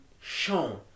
shown